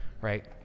Right